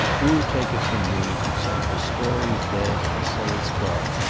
you take it from me, he said, the story's dead, and so is clark.